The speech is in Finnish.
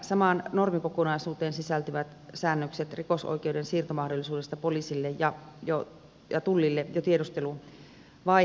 samaan normikokonaisuuteen sisältyvät säännökset rikosoikeuden siirtomahdollisuudesta poliisille ja tullille jo tiedusteluvaiheessa